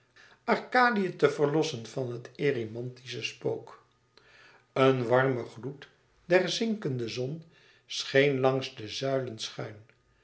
arkadië te verlossen van het erymantische spook een warme gloed der zinkende zon scheen langs de zuilen schuin